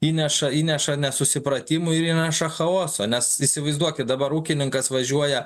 įneša įneša nesusipratimų ir įneša chaoso nes įsivaizduokit dabar ūkininkas važiuoja